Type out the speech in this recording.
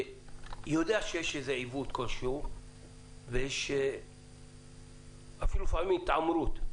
יודעים שיש עיוות כלשהו ויש לפעמים אפילו התעמרות.